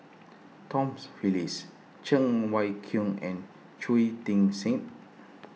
Tom's Phillips Cheng Wai Keung and Shui Tit Sing